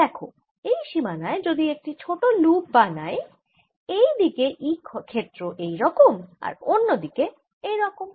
দেখো এই সীমানায় যদি একটি ছোট লুপ বানাই এই দিকে E ক্ষেত্র এই রকম আর অন্য দিকে এই রকম